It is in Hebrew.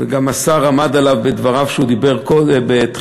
וגם השר עמד עליו בדבריו כשהוא דיבר בתחילה,